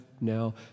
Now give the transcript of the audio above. now